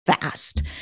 fast